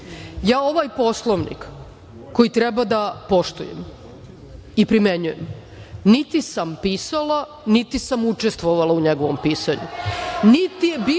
ja ovaj Poslovnik koji treba da poštujem i primenjujemo niti sam pisala, niti sam učestvovala u njegovom pisanju,